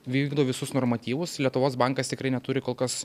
vykdo visus normatyvus lietuvos bankas tikrai neturi kol kas